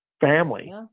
family